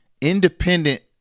independent